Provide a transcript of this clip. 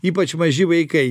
ypač maži vaikai